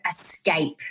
escape